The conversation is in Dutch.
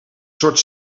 soort